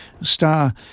star